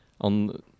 On